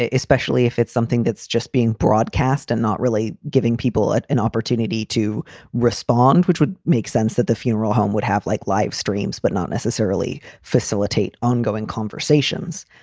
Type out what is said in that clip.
ah especially if it's something that's just being broadcast and not really giving people an opportunity to respond, which would make sense that the funeral home would have like live streams, but not necessarily facilitate ongoing conversations,